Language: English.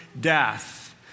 death